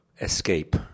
escape